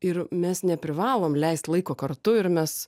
ir mes neprivalom leist laiko kartu ir mes